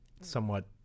somewhat